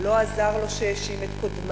לא עזר לו שהוא האשים את קודמיו,